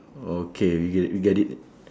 okay we get we get it